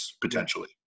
potentially